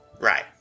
Right